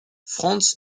franz